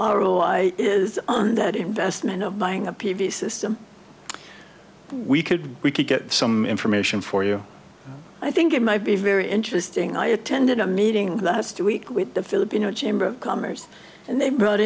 is that investment of buying a p v system we could we could get some information for you i think it might be very interesting i attended a meeting last week with the filipino chamber of commerce and they brought